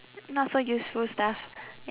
not so useful stuff